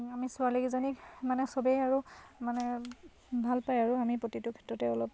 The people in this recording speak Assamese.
আমি ছোৱালীকেইজনীক মানে চবেই আৰু মানে ভাল পায় আৰু আমি প্ৰতিটো ক্ষেত্ৰতে অলপ